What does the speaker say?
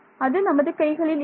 அது நமது கைகளில் இல்லை